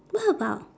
what about